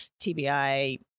TBI